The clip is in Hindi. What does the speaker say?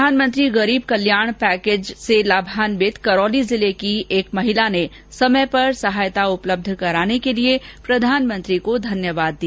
प्रधानमंत्री गरीब कल्याण पैकेज से लाभान्वित करौली जिल की एक महिला ने समय पर सहायता उपलब्ध कराने के लिए प्रधानमंत्री को धन्यवाद दिया